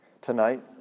tonight